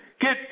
get